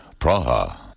Praha